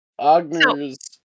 Ogner's